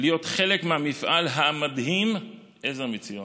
להיות חלק מהמפעל המדהים עזר מציון.